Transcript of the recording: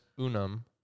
unum